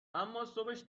اماصبش